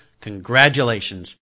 congratulations